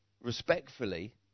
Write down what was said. Respectfully